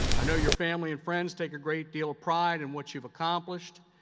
i know your family and friends take a great deal of pride in what you've accomplished.